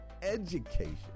education